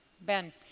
Ben